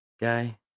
guy